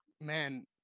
man